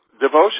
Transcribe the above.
devotion